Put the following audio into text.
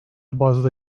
bazda